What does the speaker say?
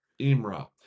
imra